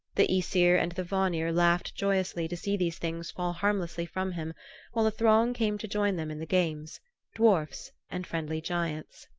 the aesir and the vanir laughed joyously to see these things fall harmlessly from him while a throng came to join them in the games dwarfs and friendly giants.